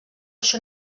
això